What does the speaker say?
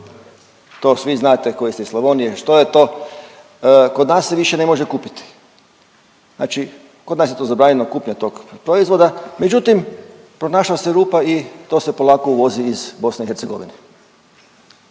To svi znate koji ste iz Slavonije što je to, kod nas se više ne može kupiti. Znači kod nas je to zabranjena kupnja tog proizvoda, međutim pronašla se rupa i to se polako uvozi iz BiH. Prema tome,